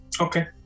Okay